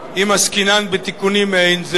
אם עסקינן בתיקונים מעין זה,